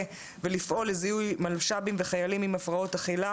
ולפעול לזיהוי מלש"בים וחיילים עם הפרעות אכילה